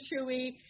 chewy